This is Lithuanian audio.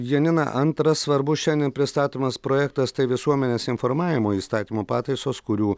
janina antras svarbus šiandien pristatomas projektas tai visuomenės informavimo įstatymo pataisos kurių